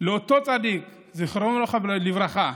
לאותו צדיק, זכרו לברכה,